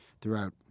throughout